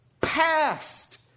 past